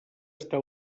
està